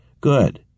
Good